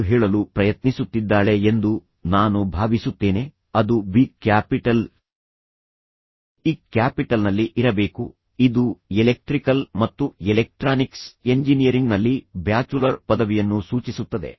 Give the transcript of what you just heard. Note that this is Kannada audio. ಎಂದು ಹೇಳಲು ಪ್ರಯತ್ನಿಸುತ್ತಿದ್ದಾಳೆ ಎಂದು ನಾನು ಭಾವಿಸುತ್ತೇನೆ ಅದು ಡಿ ಕ್ಯಾಪಿಟಲ್ ಇ ಕ್ಯಾಪಿಟಲ್ನಲ್ಲಿ ಇರಬೇಕು ಇದು ಎಲೆಕ್ಟ್ರಿಕಲ್ ಮತ್ತು ಎಲೆಕ್ಟ್ರಾನಿಕ್ಸ್ ಎಂಜಿನಿಯರಿಂಗ್ನಲ್ಲಿ ಬ್ಯಾಚುಲರ್ ಪದವಿಯನ್ನು ಸೂಚಿಸುತ್ತದೆ